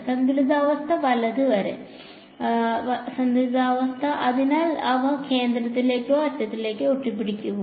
സന്തുലിതാവസ്ഥ വലത് വരെ അതിനാൽ അവ കേന്ദ്രത്തിലേക്കോ അറ്റത്തിലേക്കോ ഒട്ടിപ്പിടിക്കപ്പെടുമോ